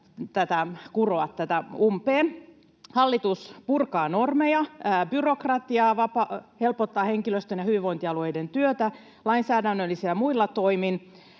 kuroa umpeen. Hallitus purkaa normeja ja byrokratiaa, helpottaa henkilöstön ja hyvinvointialueiden työtä lainsäädännöllisillä ja muilla toimilla,